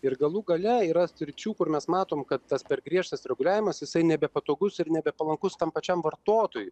ir galų gale yra sričių kur mes matom kad tas per griežtas reguliavimas jisai nebepatogus ir nebepalankus tam pačiam vartotojui